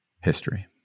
history